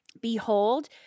Behold